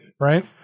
right